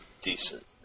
decent